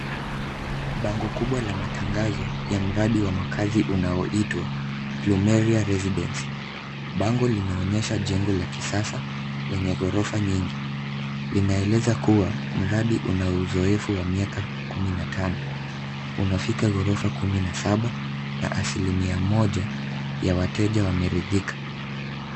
Bango kubwa la matangazo ya mradi wa makazi unaoitwa Plumeria Residences . Bango linaonyesha jengo la kisasa lenye ghorofa nyingi. Linaeleza kuwa mradi una uzoefu wa miaka kumi na tano. Unafika ghorofa kumi na saba na asilimia moja ya wateja wameridhika.